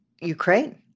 Ukraine